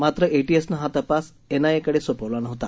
मात्र एटीएसनं हा तपास एन आय ए कडे सोपवला नव्हता